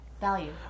Value